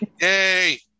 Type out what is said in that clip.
yay